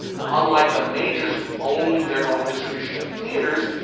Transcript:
unlike the majors who owned their own distribution and theaters,